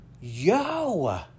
yo